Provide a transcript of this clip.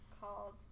called